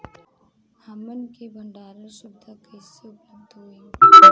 हमन के भंडारण सुविधा कइसे उपलब्ध होई?